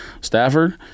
Stafford